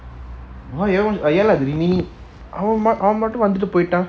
why you want to watch oh ya lah நீ அவ ம~ அவ மட்டும் வந்துட்டு போய்ட்டான்:nee ava ma~ ava mattum vanthuttu poitan